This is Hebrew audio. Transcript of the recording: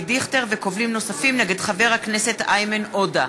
דיכטר וקובלים נוספים נגד חבר הכנסת איימן עודה.